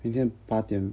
明天八点